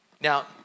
Now